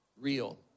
real